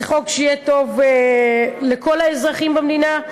זה חוק שיהיה טוב לכל האזרחים במדינה.